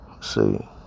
See